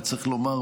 וצריך לומר,